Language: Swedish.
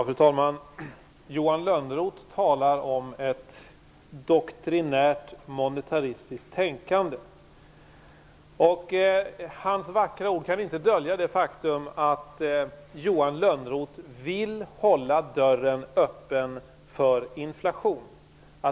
Fru talman! Johan Lönnroth talar om ett doktrinärt monetaristiskt tänkande. Hans vackra ord kan inte dölja det faktum att Johan Lönnroth vill hålla dörren öppen för inflation.